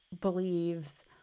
believes